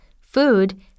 food